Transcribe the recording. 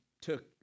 took